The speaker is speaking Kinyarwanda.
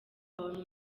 wawe